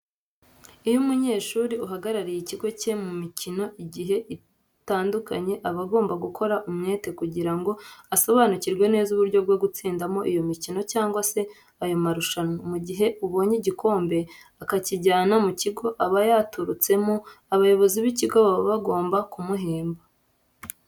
Iyo umunyeshuri uhagarariye ikigo cye mu mikino igiye itandukanye aba agomba gukorana umwete kugira ngo asobanukirwe neza uburyo bwo gutsindamo iyo mikino cyangwa se ayo marushanwa. Mu gihe abonye igikombe, akakijyana mu kigo aba yaturutsemo, abayobozi b'ikigo baba bagomba kumuhemba.